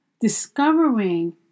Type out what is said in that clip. Discovering